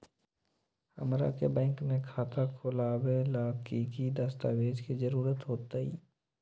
हमरा के बैंक में खाता खोलबाबे ला की की दस्तावेज के जरूरत होतई?